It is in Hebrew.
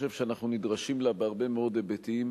חושב שאנחנו נדרשים לה בהרבה מאוד היבטים,